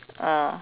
ah